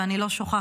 ואני לא שוכחת,